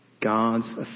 God's